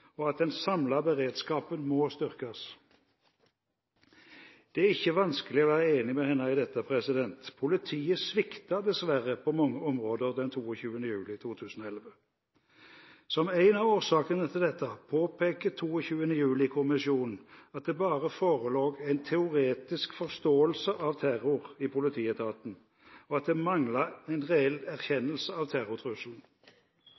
og at den samlede beredskapen må styrkes. Det er ikke vanskelig å være enig med henne i dette. Politiet sviktet dessverre på mange områder den 22. juli 2011. Som en av årsakene til dette påpeker 22. juli-kommisjonen at det bare forelå en teoretisk forståelse av terror i politietaten, og at det manglet en reell